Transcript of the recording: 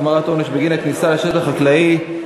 החמרת העונש בגין כניסה לשטח חקלאי),